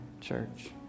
church